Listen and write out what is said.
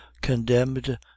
condemned